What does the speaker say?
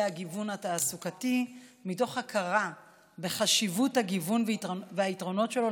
הגיוון התעסוקתי מתוך הכרה בחשיבות הגיוון והיתרונות שלו,